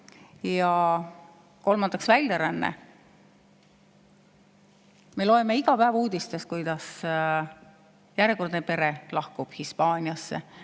Ja kolmandaks väljaränne. Me loeme iga päev uudistest, kuidas järjekordne pere lahkub Hispaaniasse,